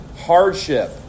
hardship